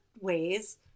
ways